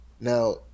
Now